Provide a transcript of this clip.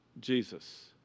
Jesus